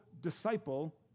disciple